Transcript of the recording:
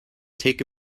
take